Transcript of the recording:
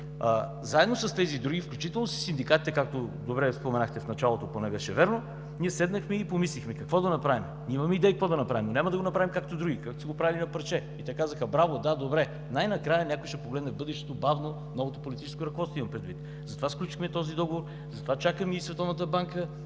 Заедно с тези други, включително със синдикатите, както добре споменахте в началото, поне беше вярно, ние седнахме и помислихме какво да направим. Ние имаме идеи какво да направим, но няма да го направим както други, които са го правили на парче. Те казаха: „Браво, да, добре. Най-накрая някой ще погледне в бъдещето“ – новото политическо ръководство имам предвид, затова сключихме този договор, затова чакаме и